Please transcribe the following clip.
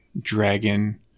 dragon